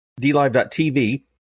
DLive.TV